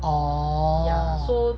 oh